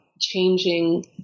changing